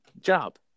job